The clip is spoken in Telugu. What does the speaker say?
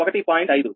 కాబట్టి −1